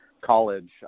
college